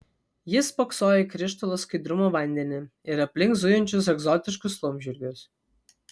jis spoksojo į krištolo skaidrumo vandenį ir aplink zujančius egzotiškus laumžirgius